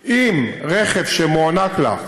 אם היא הייתה עושה את זה היא הייתה ראש ממשלה.